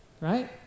right